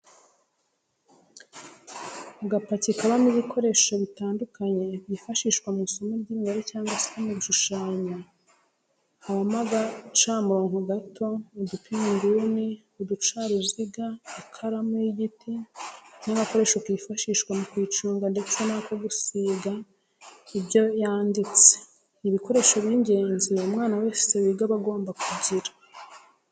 Agapaki kabamo ibikoresho bitandukanye byifashishwa mu isomo ry'imibare cyangwa se mu gushushanya habamo agacamurongo gato, udupima inguni, uducaruziga, ikaramu y'igiti n'agakoresho kifashishwa mu kuyiconga ndetse n'ako gusiba ibyo yanditse, ni ibikoresho by'ingenzi umwana wese wiga aba agomba kugira.